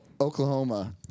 Oklahoma